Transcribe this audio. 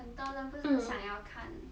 很多人不是想要看